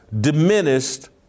diminished